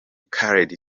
khaled